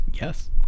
yes